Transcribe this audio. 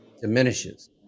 Diminishes